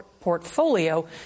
portfolio